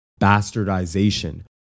bastardization